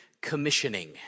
commissioning